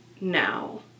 Now